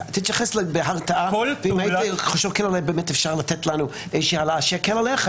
אז תתייחס להרתעה --- אם אפשר לתת כדי שיקל עליך,